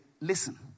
listen